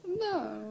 No